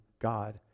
God